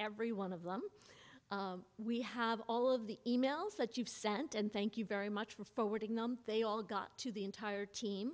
every one of them we have all of the emails that you've sent and thank you very much for forwarding they all got to the entire team